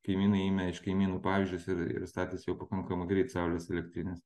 kaimynai ėmė iš kaimynų pavyzdžius ir ir statėsi jau pakankamai greit saulės elektrines